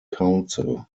council